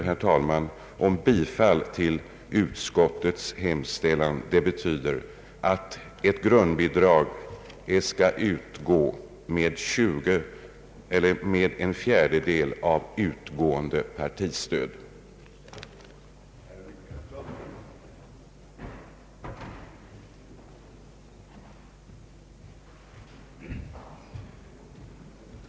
Det betyder bifall till propositionen med den ändringen att ett grundbidrag skall utgå med en fjärdedel av det partistöd som lämnas.